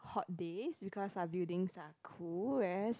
hot days because are buildings are cool whereas